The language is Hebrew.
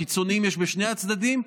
קיצוניים יש בשני הצדדים,